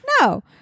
No